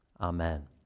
amen